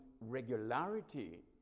regularity